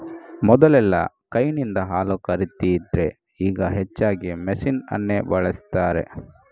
ಮೊದಲೆಲ್ಲಾ ಕೈನಿಂದ ಹಾಲು ಕರೀತಿದ್ರೆ ಈಗ ಹೆಚ್ಚಾಗಿ ಮೆಷಿನ್ ಅನ್ನೇ ಬಳಸ್ತಾರೆ